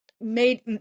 made